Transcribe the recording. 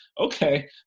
okay